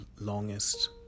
longest